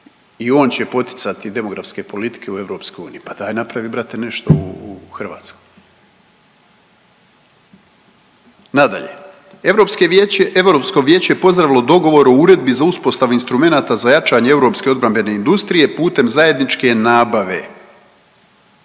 i on će poticati demografske politike u EU. Pa daj napravi brate nešto u Hrvatskoj. Nadalje, „Europsko vijeće je pozdravilo dogovor o Uredbi za uspostavu instrumenata za jačanje europske obrambene industrije putem zajedničke nabave.“.